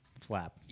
Flap